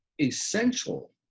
essential